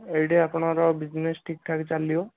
ଏଇଠି ଆପଣଙ୍କର ବିଜିନେସ୍ ଠିକ୍ ଠାକ୍ ଚାଲିବ